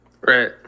Right